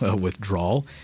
withdrawal